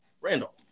Randall